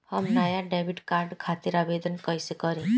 हम नया debit card खातिर आवेदन कईसे करी?